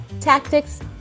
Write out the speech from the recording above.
tactics